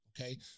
okay